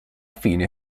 fine